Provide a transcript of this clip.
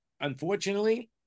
unfortunately